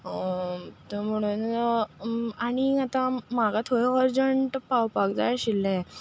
म्हणून आनी आतां म्हाका थंय अर्जंट पावपाक जाय आशिल्लें